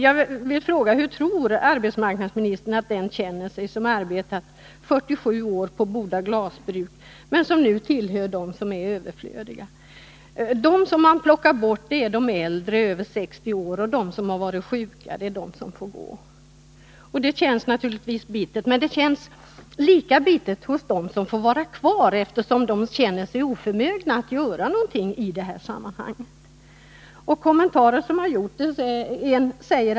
Jag vill fråga: Hur tror arbetsmarknadsministern att en person som arbetat 47 år på Boda glasbruk känner inför att nu räknas till de överflödiga? De som man plockar bort är de äldre, de som är över 60, och de som varit sjuka. Det är de som får gå, och det känns naturligtvis bittert. Men det känns lika bittert för dem som får vara kvar, eftersom de känner sig oförmögna att göra någonting. Många kommentarer har gjorts.